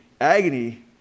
agony